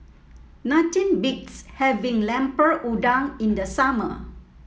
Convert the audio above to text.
nothing beats having Lemper Udang in the summer